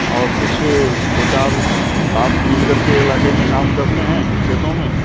اور کچھ دو چار ساتھ مل کر کے علاقے میں کام کرتے ہیں کھیتوں میں